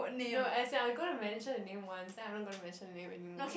no as in I going to mention her name once then I'm not going to mention the name anymore